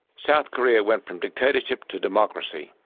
south korea went from dictatorship to democracy,